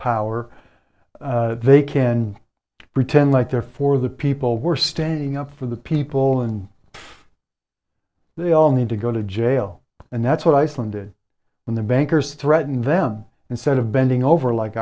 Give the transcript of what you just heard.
power they can pretend like they're for the people were standing up for the people and they all need to go to jail and that's what iceland did when the bankers threatened them instead of bending over like